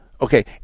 Okay